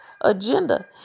agenda